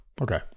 Okay